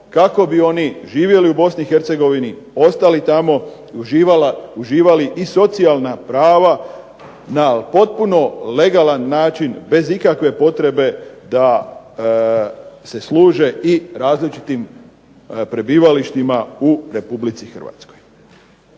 kako bi oni živjeli u Bosni i Hercegovini, ostali tamo i uživali i socijalna prava na potpuno legalan način bez ikakve potrebe da se služe i različitim prebivalištima u Republici Hrvatskoj.